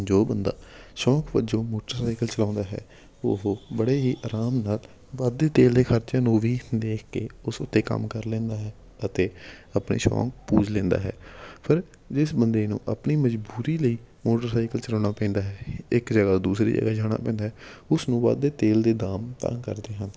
ਜੋ ਬੰਦਾ ਸ਼ੌਕ ਵਜੋਂ ਮੋਟਰਸਾਈਕਲ ਚਲਾਉਂਦਾ ਹੈ ਉਹ ਬੜੇ ਹੀ ਆਰਾਮ ਨਾਲ ਵੱਧਦੇ ਤੇਲ ਦੇ ਖਰਚੇ ਨੂੰ ਵੀ ਦੇਖ ਕੇ ਉਸ ਉੱਤੇ ਕੰਮ ਕਰ ਲੈਂਦਾ ਹੈ ਅਤੇ ਆਪਣੇ ਸ਼ੌਕ ਪੂਜ ਲੈਂਦਾ ਹੈ ਪਰ ਜਿਸ ਬੰਦੇ ਨੂੰ ਆਪਣੀ ਮਜ਼ਬੂਰੀ ਲਈ ਮੋਟਰਸਾਈਕਲ ਚਲਾਉਣਾ ਪੈਂਦਾ ਹੈ ਇੱਕ ਜਗ੍ਹਾ ਤੋਂ ਦੂਸਰੀ ਜਗ੍ਹਾ ਜਾਣਾ ਪੈਂਦਾ ਹੈ ਉਸ ਨੂੰ ਵੱਧਦੇ ਤੇਲ ਦੇ ਦਾਮ ਤੰਗ ਕਰਦੇ ਹਨ